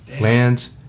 lands